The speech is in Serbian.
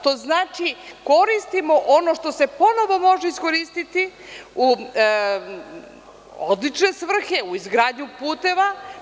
To znači koristimo ono što se ponovo može iskoristiti u odlične svrhe, u izgradnju puteva.